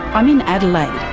i'm in adelaide,